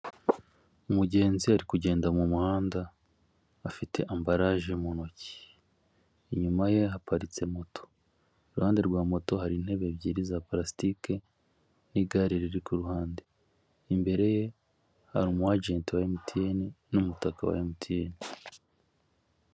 Umugenzi ari kugenda mu muhanda afite ambarage mu ntoki, inyuma ye haparitse moto. Iruhande rwa moto hari intebe ebyiri za plastike n'igare riri ku ruhande, imbere ye hari umu agenti wa emutiyene n'umutaka wa emutiyene.